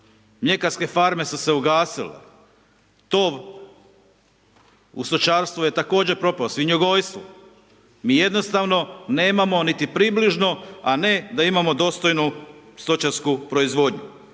mljekarske farme su se ugasile, tov u stočarsku je također propao, svinjogojstvo. Mi jednostavno nemamo niti približno a ne da imamo dostojnu stočarsku proizvodnju.